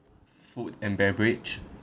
food and beverage